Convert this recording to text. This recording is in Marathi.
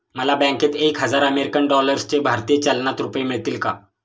मला बँकेत एक हजार अमेरीकन डॉलर्सचे भारतीय चलनात रुपये मिळतील का?